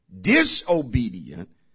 Disobedient